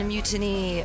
Mutiny